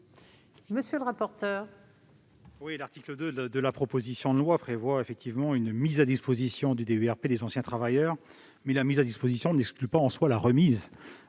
monsieur le rapporteur,